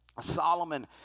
Solomon